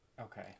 Okay